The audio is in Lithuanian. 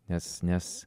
nes nes